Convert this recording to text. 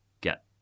get